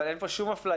אבל אין פה שום אפליה,